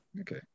Okay